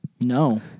No